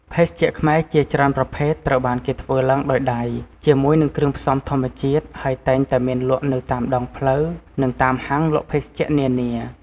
ភេសជ្ជៈខ្មែរជាច្រើនប្រភេទ ត្រូវបានគេធ្វើឡើងដោយដៃ ជាមួយនឹងគ្រឿងផ្សំធម្មជាតិ ហើយតែងតែមានលក់នៅតាមដងផ្លូវ និងតាមហាងលក់ភេសជ្ជៈនានា។